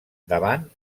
davant